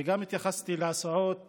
וגם התייחסתי להסעות